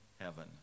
heaven